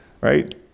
Right